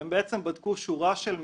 הם בדקו שורה של מקרים.